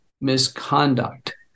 misconduct